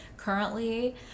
currently